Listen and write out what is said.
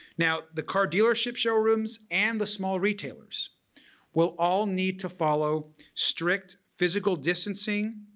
now the car dealership showrooms and the small retailers will all need to follow strict physical distancing,